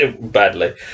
badly